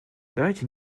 давайте